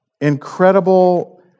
Incredible